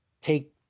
take